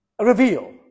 reveal